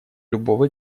любого